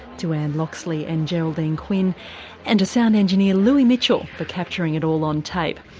to anne loxley and geraldine quinn and to sound engineer louis mitchell for capturing it all on tape.